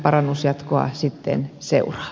jatkoa sitten seuraa